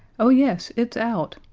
oh, yes it's out,